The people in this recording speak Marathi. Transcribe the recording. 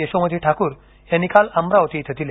यशोमती ठाकूर यांनी काल अमरावती इथं दिले